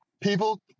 people